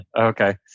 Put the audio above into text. okay